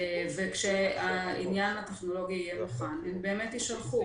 כשהעניין הטכנולוגי יהיה מוכן, הן יישלחו.